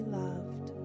loved